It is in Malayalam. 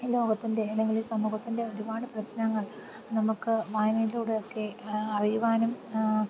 ഈ ലോകത്തിൻ്റെ അല്ലെങ്കിൽ ഈ സമൂഹത്തിൻ്റെ ഒരുപാട് പ്രശ്നങ്ങൾ നമുക്ക് വായനയിലൂടെ ഒക്കെ അറിയുവാനും